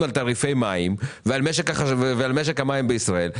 על תעריפי מים ועל משק המים בישראל.